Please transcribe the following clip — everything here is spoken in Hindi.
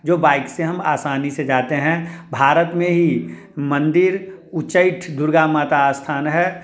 जो बाइक से हम आसानी से जाते हैं भारत में ही मंदिर उचैठ दुर्गा माता स्थान है